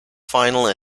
final